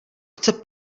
chce